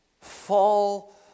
fall